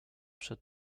przed